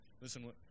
Listen